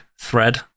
thread